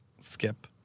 skip